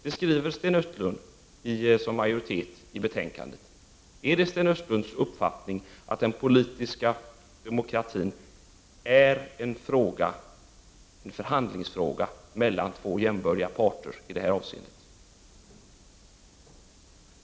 Det skriver den majoritet i utskottet som Sten Östlund företräder. Är det Sten Östlunds uppfattning att den politiska demokratin är en förhandlingsfråga mellan två jämbördiga parter i det här avseendet?